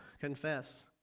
confess